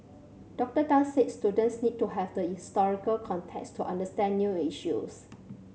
Doctor Tan said students need to have the historical context to understand new issues